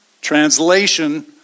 translation